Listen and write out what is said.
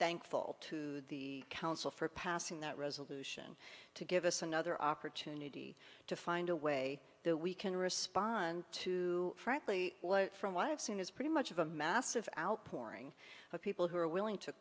thankful to the council for passing that resolution to give us another opportunity to find a way that we can respond to frankly from what i have seen is pretty much of a massive outpouring of people who are willing to